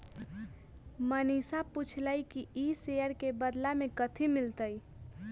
मनीषा पूछलई कि ई शेयर के बदला मे कथी मिलतई